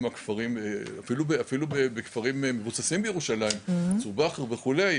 אפילו בכפרים מבוססים בירושלים, צור באהר וכדומה,